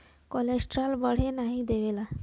cholesterol बढ़े नाही देवला